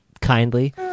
kindly